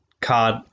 card